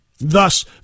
Thus